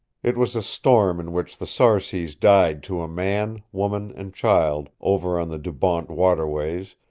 it was a storm in which the sarcees died to a man, woman and child over on the dubawnt waterways,